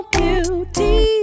beauty